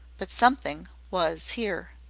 but something was here.